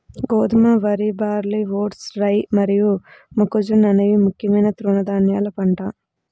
గోధుమ, వరి, barley, oats, rye మరియు మొక్కజొన్న అనేవి ముఖ్యమైన తృణధాన్యాల పంటలు